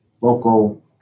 local